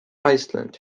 iceland